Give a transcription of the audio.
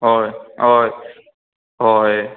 हय हय हय